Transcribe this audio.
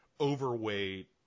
overweight